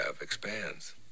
expands